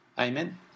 Amen